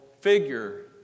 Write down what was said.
figure